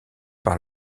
par